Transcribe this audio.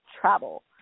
travel